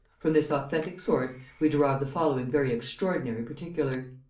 from this authentic source we derive the following very extraordinary particulars.